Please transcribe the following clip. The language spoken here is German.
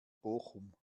bochum